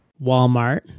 walmart